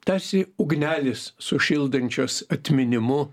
tarsi ugnelės sušildančios atminimu